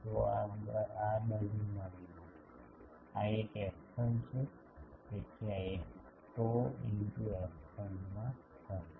તો આ બાજુ માની લો આ એક f1 છે તેથી આ એક tau f1 માં હશે